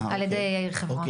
על ידי חברוני,